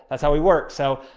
that's how we work. so.